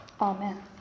Amen